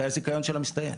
מתי הזיכיון שלה מסתיים?